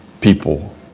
people